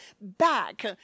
back